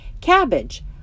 Cabbage